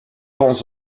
bons